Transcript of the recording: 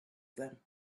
them